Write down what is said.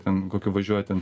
ten kokiu važiuoti